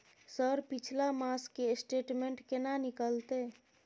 Sir पिछला मास के स्टेटमेंट केना निकलते?